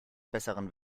besseren